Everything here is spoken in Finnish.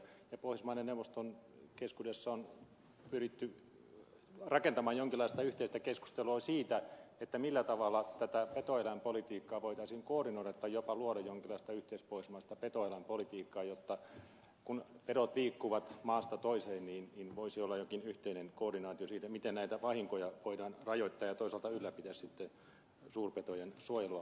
pohjoismaiden neuvoston keskuudessa on pyritty rakentamaan jonkinlaista yhteistä keskustelua siitä millä tavalla tätä petoeläinpolitiikkaa voitaisiin koordinoida tai jopa luoda jonkinlaista yhteispohjoismaista petoeläinpolitiikkaa jotta kun pedot liikkuvat maasta toiseen niin voisi olla jokin yhteinen koordinaatio siitä miten näitä vahinkoja voidaan rajoittaa ja toisaalta ylläpitää sitten suurpetojen suojelua